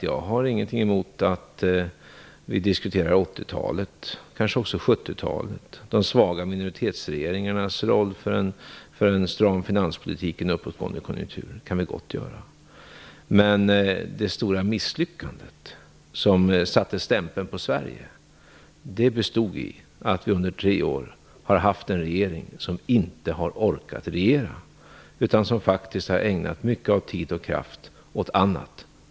Jag har inget emot att vi diskuterar 80-talet och kanske också 70-talet och de svaga minoritetsregeringarnas roll när det gäller en stram finanspolitik i en uppåtgående konjunktur. En sådan diskussion kan vi gott ha. Det stora misslyckandet som satte stämpeln på Sverige bestod av att vi under tre år har haft en regering som inte har orkat regera utan som faktiskt har ägnat mycket tid och kraft åt annat.